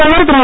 பிரதமர் திரு